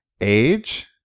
age